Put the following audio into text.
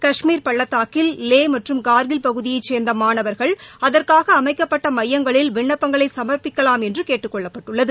காஷ்மீர் பள்ளத்தாக்கில் லே மற்றும் கார்கில் பகுதியை சேர்ந்த மாணவர்கள் அதற்காக அமைக்கப்பட்ட மையங்களில் விண்ணப்பங்களை சமர்ப்பிக்கலாம் என்று கேட்டுக் கொள்ளப்பட்டுள்ளது